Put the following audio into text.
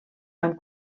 amb